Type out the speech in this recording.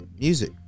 Music